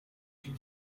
two